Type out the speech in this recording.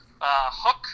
Hook